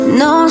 no